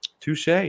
Touche